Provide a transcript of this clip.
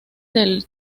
del